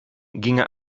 ginge